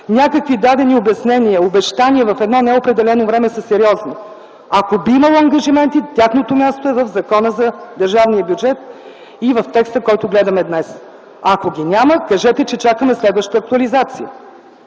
някакви дадени обяснения, обещания в неопределено време - са сериозни. Ако би имало ангажименти, тяхното място е в Закона за държавния бюджет и в текста, който гледаме днес. Ако ги няма, кажете, че чакаме следваща актуализация.